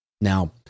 Now